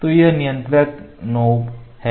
तो यह नियंत्रक नोब है